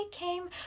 came